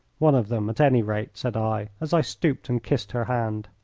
one of them, at any rate, said i, as i stooped and kissed her hand.